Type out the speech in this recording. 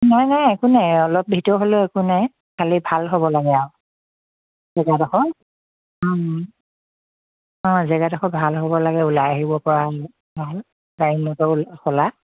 নাই নাই একো নাই অলপ ভিতৰ হ'লেও একো নাই খালি ভাল হ'ব লাগে আৰু জেগাডোখৰ অঁ অঁ জেগাডোখৰ ভাল হ'ব লাগে ওলাই আহিবপৰা ভাল গাড়ী মটৰ চলা